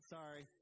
Sorry